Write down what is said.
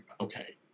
okay